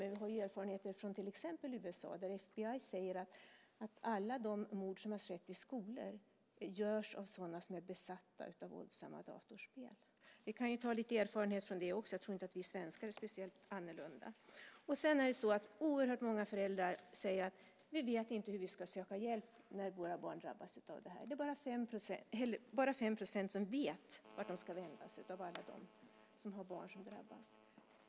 Men det finns ju erfarenheter från till exempel USA, där FBI säger att alla de mord som har skett i skolor begås av sådana som är besatta av våldsamma datorspel. Vi kan ju också dra lite erfarenheter av det. Jag tror inte att vi svenskar är speciellt annorlunda. Oerhört många föräldrar säger: Vi vet inte hur vi ska söka hjälp när våra barn drabbas av det här. Det är bara 5 % som vet vart de ska vända sig av alla dem som har barn som drabbas.